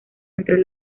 entre